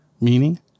meaning